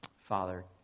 Father